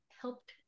helped